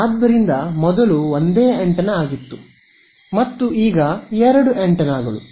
ಆದ್ದರಿಂದ ಮೊದಲು ಒಂದೇ ಆಂಟೆನಾ ಆಗಿತ್ತು ಮತ್ತು ಈಗ ಎರಡು ಆಂಟೆನಾಗಳು